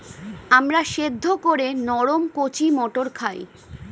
আমরা সেদ্ধ করে নরম কচি মটর খাই